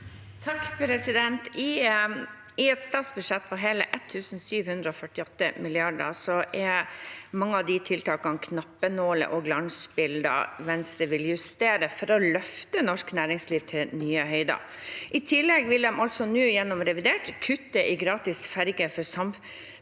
(A) I et statsbudsjett på hele 1 748 mrd. kr er mange av de tiltakene knappenåler og glansbilder Venstre vil justere for å løfte norsk næringsliv til nye høyder. I tillegg vil man nå gjennom revidert kutte i gratis ferjer for samfunn